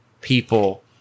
people